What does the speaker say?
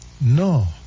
No